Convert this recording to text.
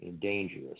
dangerous